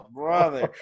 brother